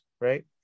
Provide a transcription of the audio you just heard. right